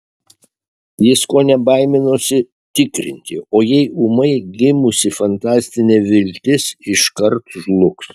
jis kone baiminosi tikrinti o jei ūmai gimusi fantastinė viltis iškart žlugs